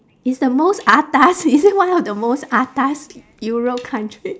it's the most atas is it one of the most atas europe country